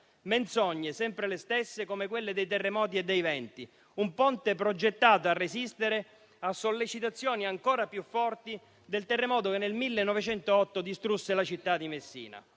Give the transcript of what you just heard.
Menzogne, sempre le stesse, come quelle dei terremoti e dei venti. Un ponte progettato per resistere a sollecitazioni ancora più forti di quelle del terremoto che nel 1908 distrusse la città di Messina.